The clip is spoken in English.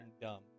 dumb